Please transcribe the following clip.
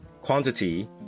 Quantity